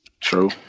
True